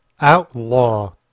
outlaw